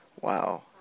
Wow